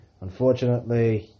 Unfortunately